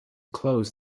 close